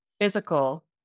physical